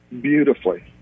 beautifully